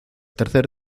tercer